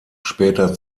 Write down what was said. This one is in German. später